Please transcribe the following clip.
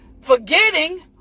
forgetting